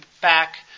back